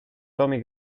tommy